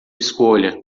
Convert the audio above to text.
escolha